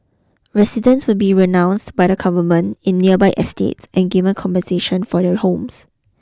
residents will be renounced by the government in nearby estates and given compensation for their homes